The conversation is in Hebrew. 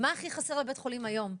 מה הכי חסר לבית החולים היום,